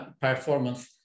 performance